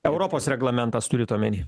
europos reglamentas turit omeny